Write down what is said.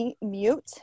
mute